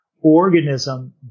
organism